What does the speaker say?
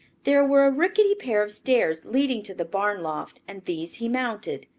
there were a rickety pair of stairs leading to the barn loft and these he mounted.